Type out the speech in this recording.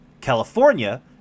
California